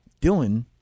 Dylan